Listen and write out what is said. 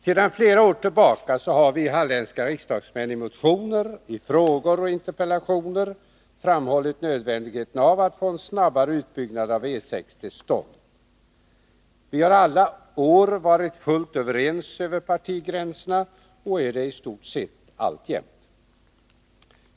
Sedan flera år tillbaka har vi halländska riksdagsmän i motioner, i frågor och interpellationer framhållit nödvändigheten av att få en snabbare utbyggnad av E6 till stånd. Vi har alla år varit fullt överens över partigränserna och är det i stort sett alltjämt.